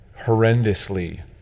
horrendously